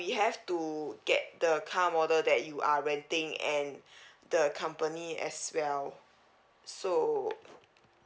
we have to get the car model that you are renting and the company as well so